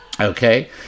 okay